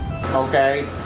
Okay